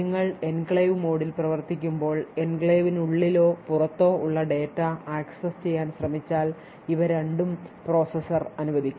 നിങ്ങൾ എൻക്ലേവ് മോഡിൽ പ്രവർത്തിക്കുമ്പോൾ എൻക്ലേവിനുള്ളിലോ പുറത്തോ ഉള്ള ഡാറ്റ ആക്സസ് ചെയ്യാൻ ശ്രമിച്ചാൽ ഇവ രണ്ടും പ്രോസസ്സർ അനുവദിക്കണം